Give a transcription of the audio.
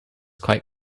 quite